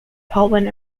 poland